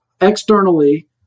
externally